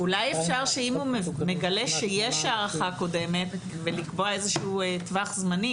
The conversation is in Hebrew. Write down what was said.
אולי אפשר שאם הוא מגלה שיש הערכה קודמת ולקבוע איזשהו טווח זמנים,